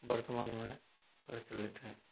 वर्तमान में प्रचलित हैं